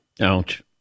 Ouch